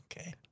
okay